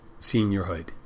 seniorhood